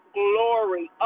glory